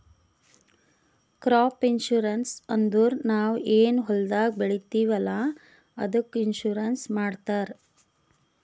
crop insurance ಅಂದುರ್ ನಾವ್ ಏನ್ ಹೊಲ್ದಾಗ್ ಬೆಳಿತೀವಿ ಅಲ್ಲಾ ಅದ್ದುಕ್ ಇನ್ಸೂರೆನ್ಸ್ ಮಾಡ್ತಾರ್